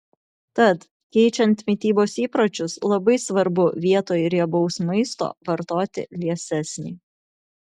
tad keičiant mitybos įpročius labai svarbu vietoj riebaus maisto vartoti liesesnį